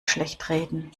schlechtreden